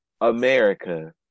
America